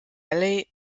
valley